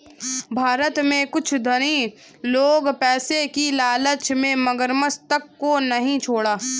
भारत में कुछ धनी लोग पैसे की लालच में मगरमच्छ तक को नहीं छोड़ा